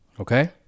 Okay